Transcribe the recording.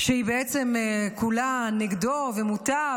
שהיא בעצם כולה נגדו ומוטה,